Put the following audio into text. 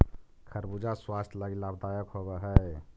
खरबूजा स्वास्थ्य लागी लाभदायक होब हई